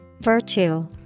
Virtue